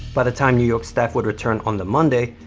by the time new york staff would return on the monday,